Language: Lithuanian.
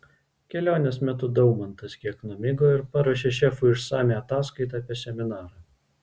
kelionės metu daumantas kiek numigo ir paruošė šefui išsamią ataskaitą apie seminarą